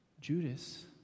Judas